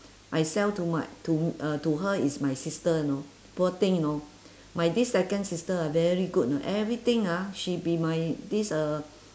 I sell to my to uh to her is my sister you know poor thing you know my this second sister ah very good know everything ah she be my this uh